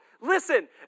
Listen